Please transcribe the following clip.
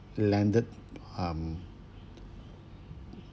landed um